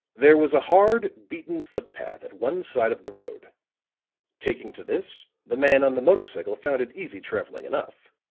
there was a hard, beaten footpath at one side of the road taking to this, the man on the motor cycle found it easy traveling enough.